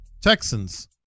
Texans